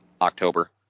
October